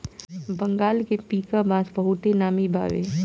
बंगाल के पीका बांस बहुते नामी बावे